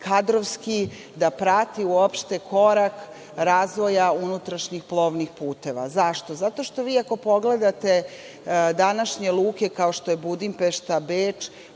kadrovski da prati uopšte korak razvoja unutrašnjih plovnih puteva. Zašto? Zato što vi ako pogledate današnje luke kao što su Budimpešta i Beč,